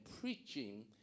preaching